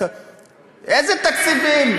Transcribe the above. איזה תקציבים?